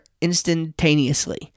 instantaneously